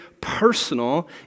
personal